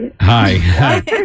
hi